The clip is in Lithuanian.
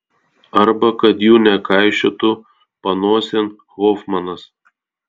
arba kad jų nekaišiotų panosėn hofmanas